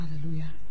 Hallelujah